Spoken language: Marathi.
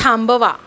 थांबवा